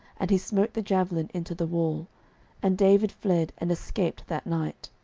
and he smote the javelin into the wall and david fled, and escaped that night.